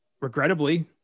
regrettably